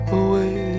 away